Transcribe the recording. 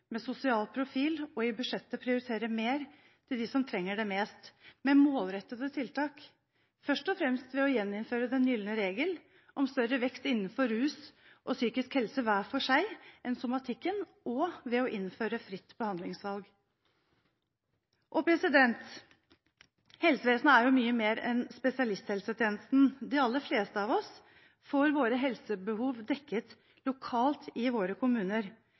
med en sosial profil og i budsjettet prioriterer mer til dem som trenger det mest – med målrettede tiltak: først og fremst ved å gjeninnføre den gylne regel om større vekst innenfor rus og psykisk helse, hver for seg, enn innenfor somatikken og ved å innføre fritt behandlingsvalg. Helsevesenet er jo mye mer enn spesialisthelsetjenesten. De aller fleste av oss får våre helsebehov dekket lokalt i våre kommuner,